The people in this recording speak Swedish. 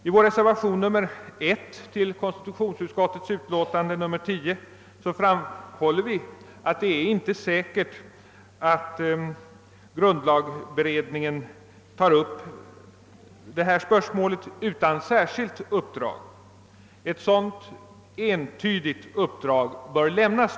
I vår reservation nr 1 till konstitutionsutskottets utlåtande nr 10 framhåller vi att det inte är säkert att grundlagberedningen utan särskilt uppdrag tar upp detta spörsmål. Ett sådant entydigt uppdrag bör därför nu lämnas.